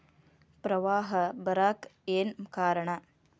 ಪ್ರವಾಹ ಬರಾಕ್ ಏನ್ ಕಾರಣ?